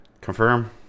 confirm